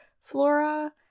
Flora